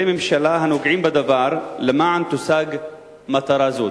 הממשלה הנוגעים בדבר למען תושג מטרה זו?